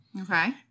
Okay